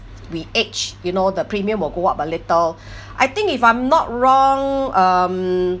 we age you know the premium will go up a little I think if I'm not wrong um